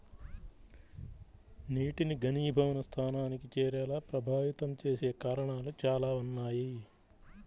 నీటిని ఘనీభవన స్థానానికి చేరేలా ప్రభావితం చేసే కారణాలు చాలా ఉన్నాయి